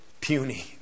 puny